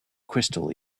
crystal